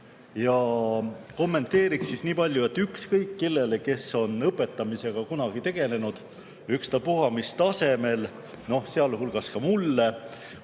Ja kommenteerin nii palju, et ükskõik kellele, kes on õpetamisega kunagi tegelenud, ükstapuha mis tasemel, sealhulgas ka mulle,